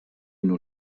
nur